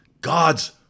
God's